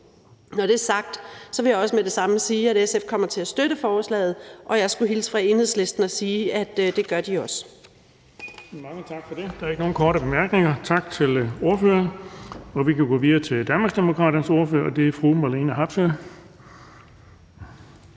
Når det er sagt, vil jeg også med det samme sige, at SF kommer til at støtte forslaget. Og jeg skulle hilse fra Enhedslisten og sige, at det gør de også.